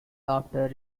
after